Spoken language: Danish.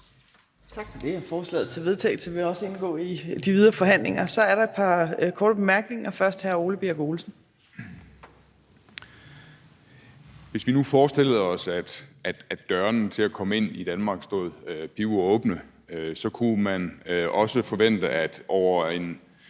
Hvis vi nu forestillede os, at dørene til at komme ind i Danmark stod pivåbne, kunne man også forvente, at den